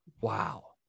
Wow